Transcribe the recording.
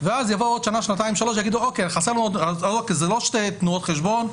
ואז יבואו בעוד שנה- שנתיים-שלוש ויגידו: זה לא שתי תנועות חשבון,